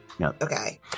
Okay